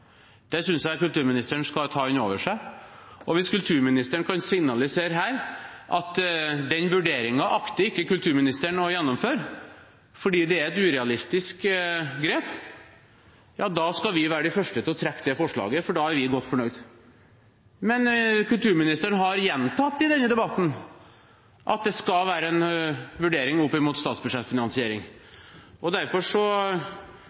Det synes jeg kulturministeren skal ta inn over seg. Og hvis kulturministeren kan signalisere her at den vurderingen akter ikke kulturministeren å gjennomføre fordi det er et urealistisk grep, skal vi være de første til å trekke det forslaget, for da er vi godt fornøyd. Men kulturministeren har gjentatt i denne debatten at det skal være en vurdering